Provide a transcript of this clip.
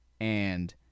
and-